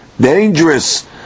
dangerous